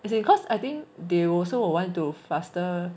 as in cause I think they would also want to faster